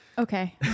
Okay